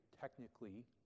technically